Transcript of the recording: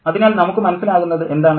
അതിനാൽ നമുക്ക് മനസ്സിലാകുന്നത് എന്താണ്